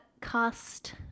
cost